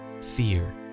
Fear